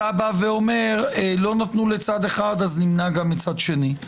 אתה אומר: לא נתנו לצד אחד אז נמנע גם מצד שני.